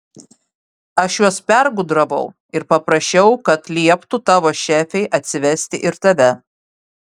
aš juos pergudravau ir paprašiau kad lieptų tavo šefei atsivesti ir tave